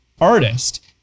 artist